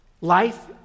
Life